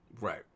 right